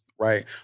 Right